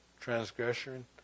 transgression